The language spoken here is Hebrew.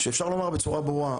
כשאפשר לומר בצורה ברורה,